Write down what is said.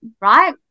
right